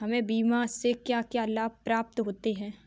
हमें बीमा से क्या क्या लाभ प्राप्त होते हैं?